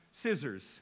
scissors